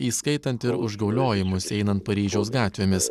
įskaitant ir užgauliojimus einant paryžiaus gatvėmis